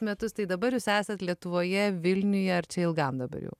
metus tai dabar jūs esat lietuvoje vilniuje ar čia ilgam dabar jau